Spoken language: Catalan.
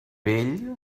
vell